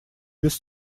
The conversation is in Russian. без